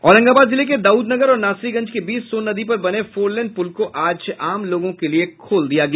औरंगाबाद जिले के दाउदनगर और नासरिगंज के बीच सोन नदी पर बने फोर लेन पुल को आज आम लोगों के लिए खोल दिया गया